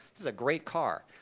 this is a great car.